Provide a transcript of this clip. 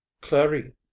clary